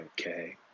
okay